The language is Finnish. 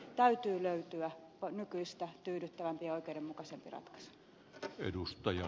täytyy löytyä nykyistä tyydyttävämpi ja oikeudenmukaisempi ratkaisu